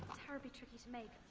terribly tricky to make.